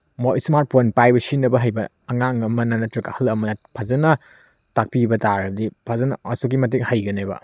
ꯃꯣꯏ smart phone ꯄꯥꯏꯕ ꯁꯤꯖꯤꯟꯅꯕ ꯍꯩꯕ ꯑꯉꯥꯡ ꯑꯃꯅ ꯅꯠꯇ꯭ꯔꯒ ꯑꯍꯜ ꯑꯃꯅ ꯐꯖꯅ ꯇꯥꯛꯄꯤꯕ ꯇꯥꯔꯥꯗꯤ ꯐꯖꯅ ꯑꯁꯨꯛꯀꯤꯃꯇꯤꯛ ꯍꯩꯒꯅꯦꯕ